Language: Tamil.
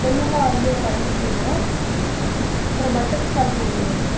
வெணிலா வந்து ஒரு ஐஸ்கிரீமு அப்புறம் பட்டர்ஸ்காட்ச் ஒன்று வேணும்